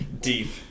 Deep